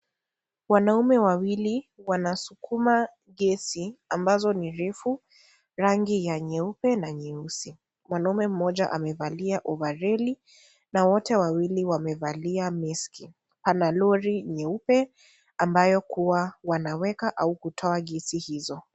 Wanaume wawili wanasukuma gesi ambazo ni refu rangi ya nyeupe na nyeusi . Mwanaume mmoja amevalia ovaroli na wote wawili wamevalia maski. Ana Lori nyeupe ambayo kuwa wanaweka au kutoa gesi hizo.